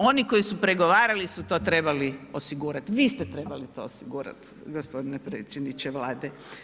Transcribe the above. Oni koji su pregovarali su to trebali osigurati, vi ste to trebali osigurati gospodine predsjedniče Vlade.